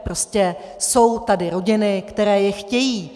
Prostě jsou tady rodiny, které je chtějí.